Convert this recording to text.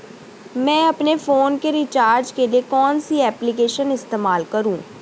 मैं अपने फोन के रिचार्ज के लिए कौन सी एप्लिकेशन इस्तेमाल करूँ?